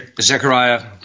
Zechariah